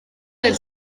del